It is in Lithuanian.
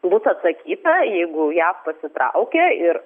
bus atsakyta jeigu jav pasitraukia ir